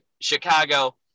Chicago